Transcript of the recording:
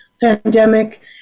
pandemic